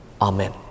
Amen